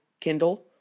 Kindle